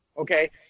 Okay